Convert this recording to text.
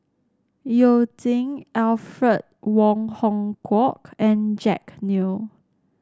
You Jin Alfred Wong Hong Kwok and Jack Neo